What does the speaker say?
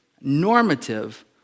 normative